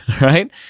right